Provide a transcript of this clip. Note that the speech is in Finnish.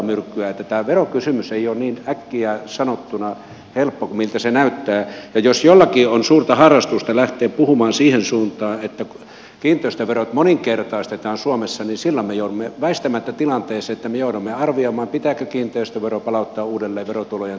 tämä verokysymys ei ole äkkiä sanottuna niin helppo kuin miltä se näyttää ja jos jollakin on suurta harrastusta lähteä puhumaan siihen suuntaan että kiinteistöverot moninkertaistetaan suomessa niin silloin me joudumme väistämättä tilanteeseen että me joudumme arvioimaan pitääkö kiinteistövero palauttaa uudelleen verotulojen